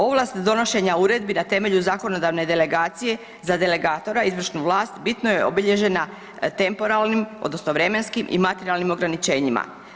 Ovlast donošenja uredbi na temelju zakonodavne delegacije za delegatora izvršnu vlast bitno je obilježena temporalnim odnosno vremenskim i materijalnim ograničenjima.